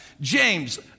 James